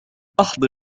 أحضر